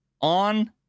on